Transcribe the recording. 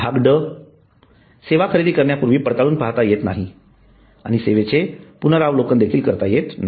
भाग ड सेवा खरेदी करण्यापूर्वी पडताळून पाहता येत नाही आणि सेवेचे पूर्वावलोकन देखील करता येत नाही